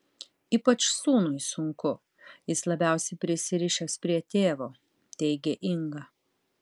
ypač sūnui sunku jis labiausiai prisirišęs prie tėvo teigė inga